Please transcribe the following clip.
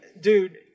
Dude